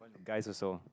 guys also